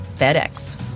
FedEx